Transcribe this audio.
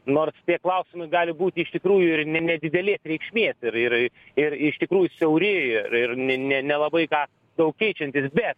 nors tie klausimai gali būti iš tikrųjų ir ne nedidelės reikšmės ir ir ir iš tikrųjų siauri ir ir ne nelabai ką jau keičiantys bet